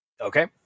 Okay